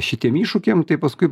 šitiem iššūkiam tai paskui